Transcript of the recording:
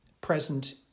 present